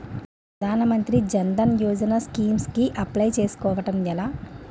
ప్రధాన మంత్రి జన్ ధన్ యోజన స్కీమ్స్ కి అప్లయ్ చేసుకోవడం ఎలా?